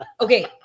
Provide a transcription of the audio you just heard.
okay